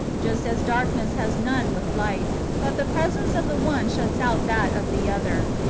just as darkness has none with light, but the presence of the one shuts out that of the other.